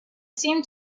seemed